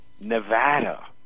Nevada